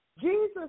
Jesus